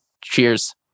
Cheers